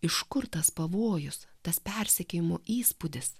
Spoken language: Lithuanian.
iš kur tas pavojus tas persekiojimo įspūdis